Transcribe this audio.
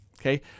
okay